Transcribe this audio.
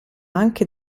anche